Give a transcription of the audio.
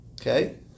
Okay